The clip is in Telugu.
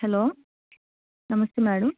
హలో నమస్తే మ్యాడమ్